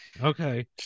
Okay